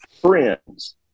friends